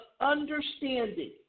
understanding